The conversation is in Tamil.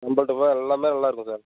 நம்மள்ட்ட பூரா எல்லாமே நல்லாயிருக்கும் சார்